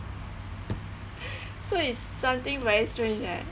so it's something very stange eh